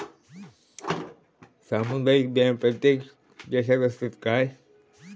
सामुदायिक बँक प्रत्येक देशात असतत काय?